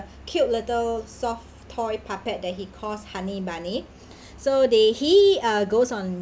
cute little soft toy puppet that he calls honey bunny so there he goes on